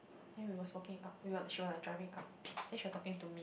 then we was walking up we were she were like driving up then she was talking to me